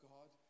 God